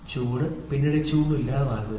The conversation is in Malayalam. ചൂട് പിന്നീട് ചൂട് ഇല്ലാതാകുന്നു